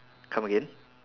come again